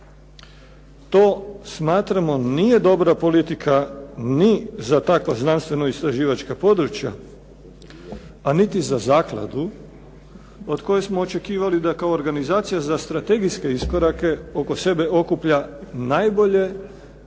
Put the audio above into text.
To smatramo nije dobra politika ni za takva znanstvenoistraživačka područja, a niti za zakladu od koje smo očekivali da kao organizacija za strategijske iskorake oko sebe okuplja najbolje,